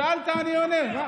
שאלת, אני אענה לך.